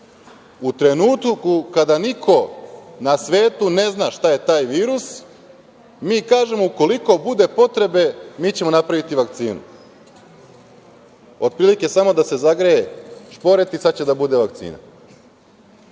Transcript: U trenutku kada niko na svetu ne zna šta je taj virus, mi kažemo – ukoliko bude potrebe, mi ćemo napraviti vakcinu. Otprilike, samo da se zagreje šporet i sad će da bude vakcina.